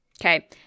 Okay